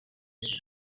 gutya